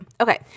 Okay